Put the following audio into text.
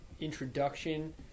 introduction